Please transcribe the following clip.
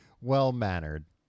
Well-mannered